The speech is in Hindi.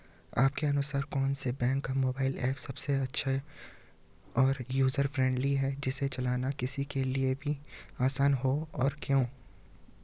आपके अनुसार कौन से बैंक का मोबाइल ऐप सबसे अच्छा और यूजर फ्रेंडली है जिसे चलाना किसी के लिए भी आसान हो और क्यों?